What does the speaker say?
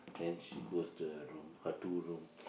then she goes to her room her two rooms